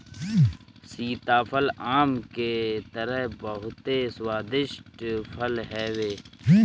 सीताफल आम के तरह बहुते स्वादिष्ट फल हवे